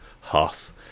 hoth